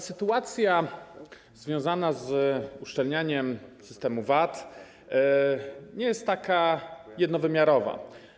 Sytuacja związana z uszczelnianiem systemu VAT nie jest taka jednowymiarowa.